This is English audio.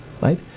right